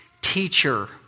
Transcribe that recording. teacher